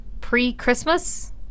pre-Christmas